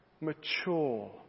mature